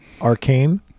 Arcane